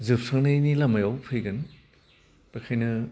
जोबस्रांनायनि लामायाव फैगोन बेखायनो